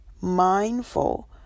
mindful